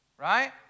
right